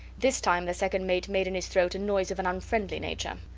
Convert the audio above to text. this time the second mate made in his throat a noise of an unfriendly nature.